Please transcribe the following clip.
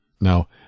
Now